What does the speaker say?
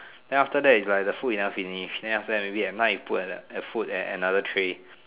then after that is like the food you cannot finish then after that maybe at night you put at that you put the food at another tray